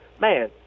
Man